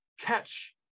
catch